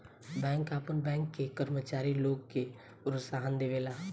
bank आपन bank के कर्मचारी लोग के प्रोत्साहन देवेला